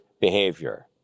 behavior